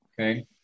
Okay